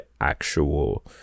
actual